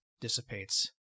dissipates